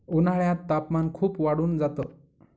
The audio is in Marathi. उन्हाळ्यात तापमान खूप वाढून जात